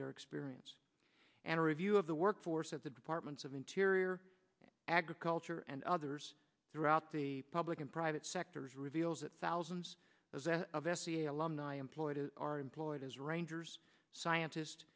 their experience and review of the workforce at the departments of interior agriculture and others throughout the public and private sectors reveals that thousands of s c alumni employ are employed as rangers scientist